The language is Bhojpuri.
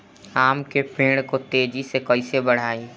आम के पेड़ को तेजी से कईसे बढ़ाई?